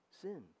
sin